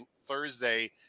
Thursday